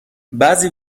بعضی